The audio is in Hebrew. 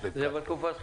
כן, זה היה בתקופתך.